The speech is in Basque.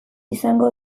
izango